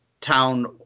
town